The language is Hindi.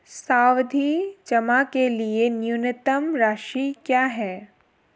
सावधि जमा के लिए न्यूनतम राशि क्या है?